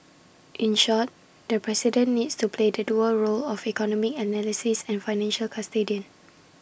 in short the president needs to play the dual roles of economic analyst and financial custodian